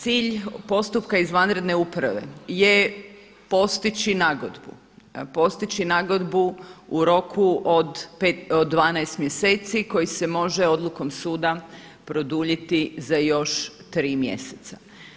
Cilj postupka izvanredne uprave je postići nagodbu, postići nagodbu u roku od 12 mjeseci koji se može odlukom suda produljiti za još tri mjeseca.